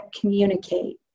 communicate